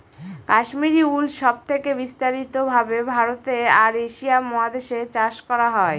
Kashmiri wool সব থেকে বিস্তারিত ভাবে ভারতে আর এশিয়া মহাদেশে চাষ করা হয়